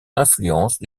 l’influence